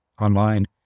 online